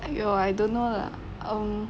!aiyo! I don't know lah um